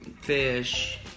fish